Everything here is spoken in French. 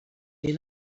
est